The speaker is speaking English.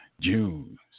June